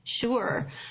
sure